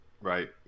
right